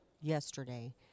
yesterday